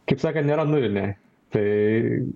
kaip sakant nėra nulinė tai